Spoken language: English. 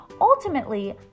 ultimately